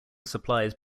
supplies